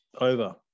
Over